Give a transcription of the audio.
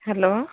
hello